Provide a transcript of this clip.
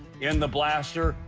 in the blaster,